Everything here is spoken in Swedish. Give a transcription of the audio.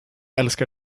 älskar